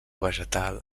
vegetal